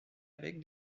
avec